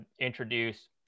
introduce